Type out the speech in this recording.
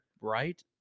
right